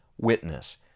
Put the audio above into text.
witness